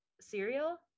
cereal